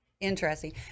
Interesting